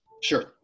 Sure